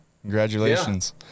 Congratulations